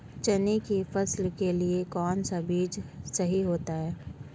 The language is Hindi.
चने की फसल के लिए कौनसा बीज सही होता है?